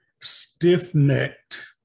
stiff-necked